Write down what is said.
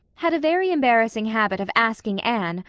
had a very embarrassing habit of asking anne,